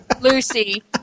Lucy